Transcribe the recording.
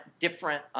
different